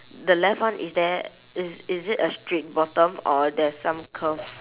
the left one is there is is it a straight bottom or there's some curve